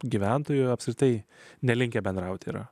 gyventojų apskritai nelinkę bendrauti yra